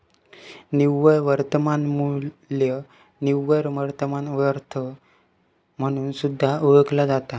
निव्वळ वर्तमान मू्ल्य निव्वळ वर्तमान वर्थ म्हणून सुद्धा ओळखला जाता